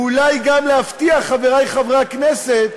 ואולי גם להבטיח, חברי חברי הכנסת,